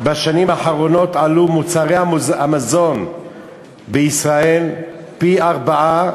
בשנים האחרונות עלו מוצרי המזון בישראל פי-ארבעה